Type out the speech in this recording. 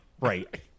Right